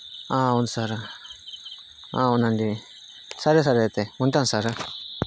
అవును సారు అవునండి సరే సరే అయితే ఉంటాను సారు